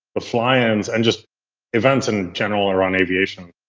ah fly-ins and just events in general around aviation,